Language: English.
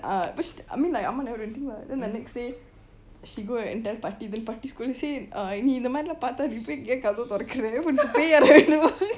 ah which I mean like அம்மா:amma never really do anything [what] then the next day she go and tell பாட்டி:paattii then பாட்டி:paattii go and scold her say uh நீ இந்த மாதிறி:nee entha matiri lah பார்த்தா நீ ஏன் கதவ போய் தொறக்கிற:paarta nee en poi katava torakure